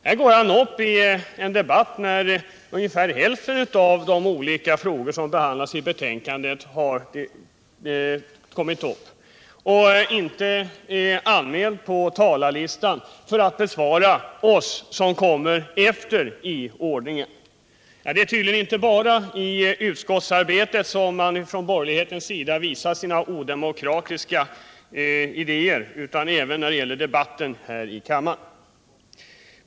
Här går han upp i debatten utan att vara anmäld på talarlistan, när ungefär hälften av de olika frågor som behandlats i betänkandet tagits upp, för att svara oss som kommer efter i talarordningen. Det är tydligen inte bara i utskottsarbetet man från borgerlighetens sida visar sina odemokratiska idéer utan även när det gäller debatten här i kammaren.